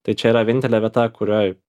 tai čia yra vienintelė vieta kurioj